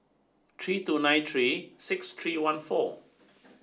three two nine three six three one four